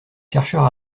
chercheur